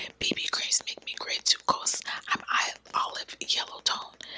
and bb creams make me gray too because i'm i'm olive yellow tone.